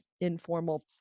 informal